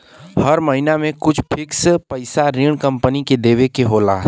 हर महिना में कुछ फिक्स पइसा ऋण कम्पनी के देवे के होला